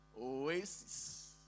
Oasis